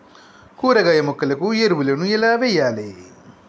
కూరగాయ మొక్కలకు ఎరువులను ఎలా వెయ్యాలే?